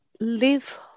live